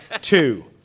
Two